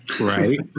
Right